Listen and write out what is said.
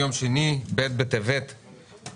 היום יום שני ב' טבת התשפ"ב,